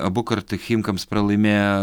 abu kart chimkams pralaimėjo